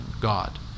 God